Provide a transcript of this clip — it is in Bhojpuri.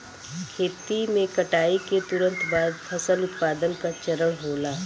खेती में कटाई के तुरंत बाद फसल उत्पादन का चरण होला